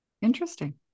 Interesting